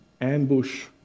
ambush